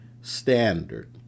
standard